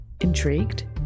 Intrigued